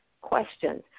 questions